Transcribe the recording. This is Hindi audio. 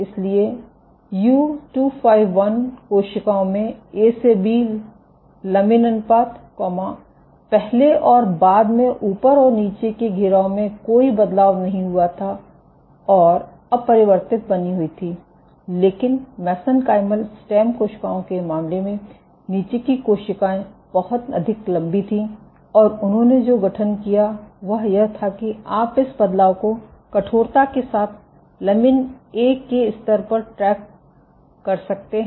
इसलिए U251 कोशिकाओं में ए से बी लमीन अनुपात पहले और बाद में ऊपर और नीचे के घेराव में कोई बदलाव नहीं हुआ था और अपरिवर्तित बनी हुई थी लेकिन मेसेनकाइमल स्टेम कोशिकाओं के मामले में नीचे की कोशिकाएं बहुत अधिक लम्बी थीं और उन्होंने जो गठन किया वह यह था कि आप इस बदलाव को कठोरता के साथ लमीन ए के स्तर पर ट्रैक कर सकते हैं